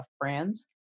brands